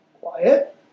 quiet